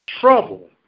Trouble